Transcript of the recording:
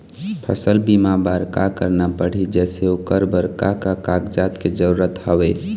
फसल बीमा बार का करना पड़ही जैसे ओकर बर का का कागजात के जरूरत हवे?